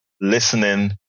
listening